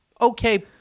okay